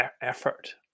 effort